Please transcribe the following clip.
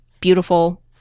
beautiful